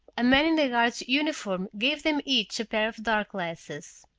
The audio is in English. a man in a guard's uniform gave them each a pair of dark glasses.